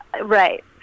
Right